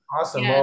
Awesome